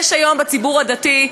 יש היום בציבור הדתי,